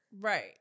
right